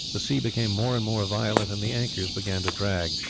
the sea became more and more violent, and the anchors began to drag.